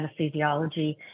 anesthesiology